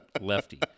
lefty